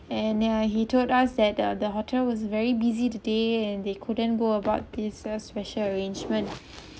and yeah he told us that the the hotel was very busy today and they couldn't go about this uh special arrangement